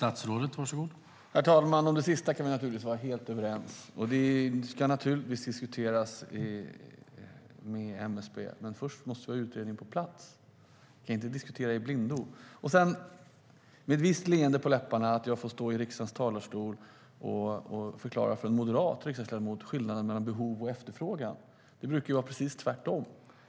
Herr talman! Om det avslutande kan vi naturligtvis vara helt överens. Jag ska diskutera med MSB, men först måste vi ha utredningen på plats. Vi kan inte diskutera i blindo. Med ett visst leende på läpparna står jag här i riksdagens talarstol och får förklara för en moderat riksdagsledamot skillnaden mellan behov och efterfrågan. Det brukar ju vara precis tvärtom.